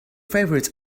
favorite